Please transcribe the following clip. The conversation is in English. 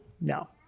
No